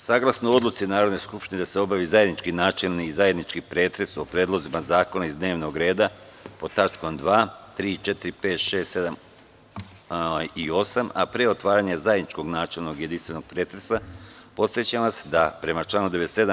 Saglasno odluci Narodne skupštine da se obavi zajednički načelni i zajednički pretres o predlozima zakona iz dnevnog reda pod tačkom 2, 3, 4, 5, 6, 7. i 8, a pre otvaranja zajedničkog načelnog jedinstvenog pretresa, podsećam vas da prema članu 97.